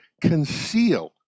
conceal